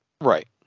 Right